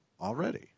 already